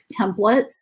templates